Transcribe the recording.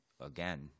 again